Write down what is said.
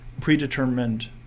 predetermined